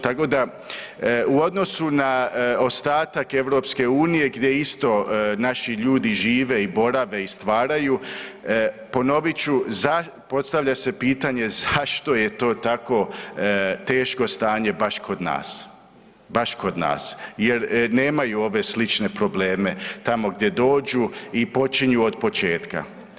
Tako da u odnosu na ostatak EU gdje isto naši ljudi žive i borave i stvaraju, ponovit ću postavlja se pitanje zašto je to tako teško stanje baš kod nas, baš kod nas jer nemaju ove slične probleme tamo gdje dođu i počinju od početka?